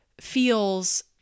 feels